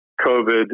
COVID